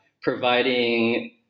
providing